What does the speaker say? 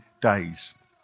days